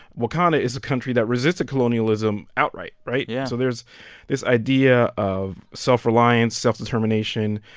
wakanda is a country that resisted colonialism outright, right? yeah so there's this idea of self-reliance, self-determination,